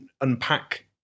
unpack